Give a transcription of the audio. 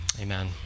amen